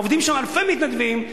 עובדים שם אלפי מתנדבים.